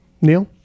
Neil